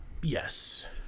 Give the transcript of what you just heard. Yes